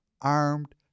Armed